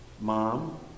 mom